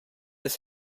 this